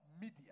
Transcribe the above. media